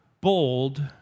bold